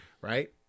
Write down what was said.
Right